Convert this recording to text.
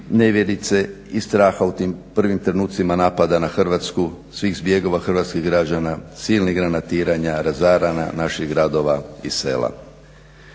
nevjerice i straha u tim prvim trenucima napada na Hrvatsku, svih zbjegova hrvatskih građana, silnih granatiranja, razaranja naših gradova i sela.